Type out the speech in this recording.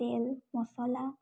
তেল মচলা